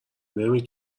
نمی